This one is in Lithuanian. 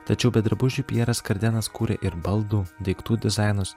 tačiau be drabužių pjeras kardenas kūrė ir baldų daiktų dizainus